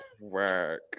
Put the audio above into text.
Work